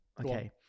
okay